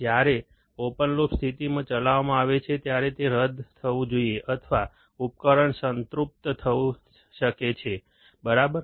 જ્યારે open loop સ્થિતિમાં ચલાવવામાં આવે છે ત્યારે તે રદ થવું જોઈએ અથવા ઉપકરણ સંતૃપ્ત થઈ શકે છે બરાબર